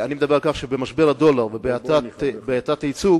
אני מדבר על כך שבמשבר הדולר ובהאטת היצוא,